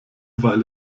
weil